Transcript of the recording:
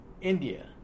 India